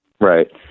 Right